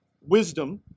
wisdom